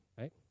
right